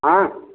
हाँ